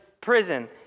prison